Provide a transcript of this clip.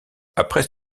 après